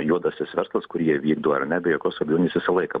juodasis verslas kur jie vykdo ar ne be jokios abejonės visą laiką